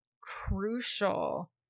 crucial